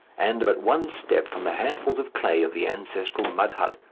and but one step from the handfuls of clay of the ancestral mud hut,